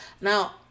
Now